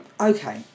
Okay